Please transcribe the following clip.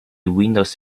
windows